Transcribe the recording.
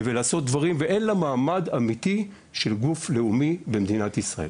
ולעשות דברים ואין לה מעמד אמיתי של גוף לאומי במדינת ישראל.